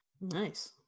Nice